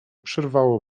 przerwało